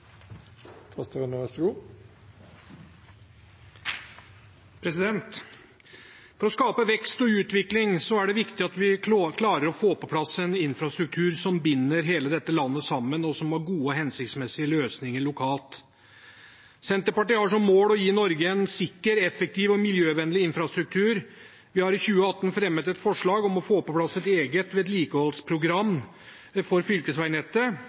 For å skape vekst og utvikling er det viktig at vi klarer å få på plass en infrastruktur som binder hele dette landet sammen, og som har gode, hensiktsmessige løsninger lokalt. Senterpartiet har som mål å gi Norge en sikker, effektiv og miljøvennlig infrastruktur. Vi har i 2018 fremmet et forslag om å få på plass et eget vedlikeholdsprogram for